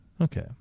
Okay